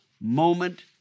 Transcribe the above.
moment